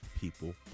people